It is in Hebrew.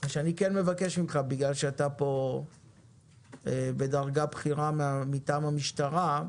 בגלל שאתה פה בדרגה בכירה מטעם המשטרה,